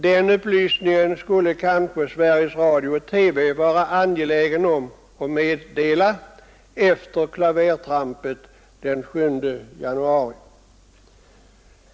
Den upplysningen borde kanske Sveriges Radio/TV vara angelägen om att meddela efter klavertrampet den 7 januari.